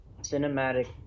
Cinematic